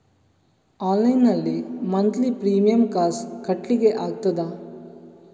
Online ನಲ್ಲಿ monthly premier ಕಾಸ್ ಕಟ್ಲಿಕ್ಕೆ ಆಗ್ತದಾ?